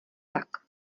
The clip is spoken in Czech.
tak